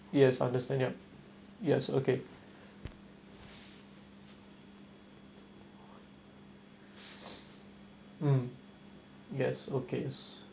yes understand yup yes okay mm yes okay